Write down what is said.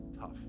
tough